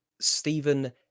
stephen